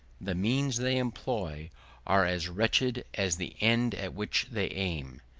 the means they employ are as wretched as the end at which they aim.